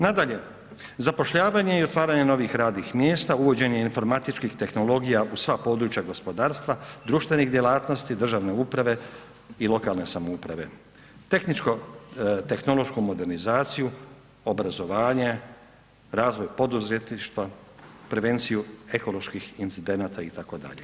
Nadalje, zapošljavanje i otvaranje novih radnih mjesta, uvođenje informatičkih tehnologija u sva područja gospodarstva, društvenih djelatnosti državne uprave i lokalne samouprave, tehničko tehnološku modernizaciju, obrazovanje, razvoj poduzetništva, prevenciju ekoloških incidenata itd.